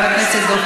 חבר הכנסת דב